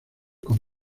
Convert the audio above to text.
con